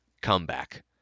comeback